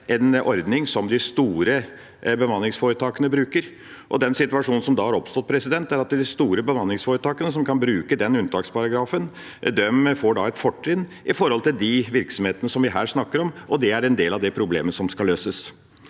en ordning som de store bemanningsforetakene bruker, og den situasjonen som da har oppstått, er at de store bemanningsforetakene som kan bruke denne unntaksparagrafen, får et fortrinn framfor de virksomhetene vi her snakker om, og det er en del av problemet som skal løses